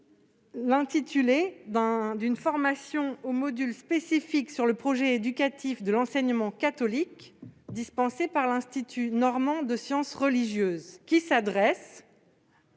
l'intitulé d'une formation au module spécifique sur le projet éducatif de l'enseignement catholique, dispensée par l'Institut normand de sciences religieuses (INSR). Cette